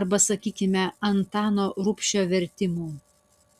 arba sakykime antano rubšio vertimų